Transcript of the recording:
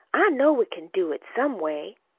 i know we can do it some way.